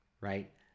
right